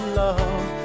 love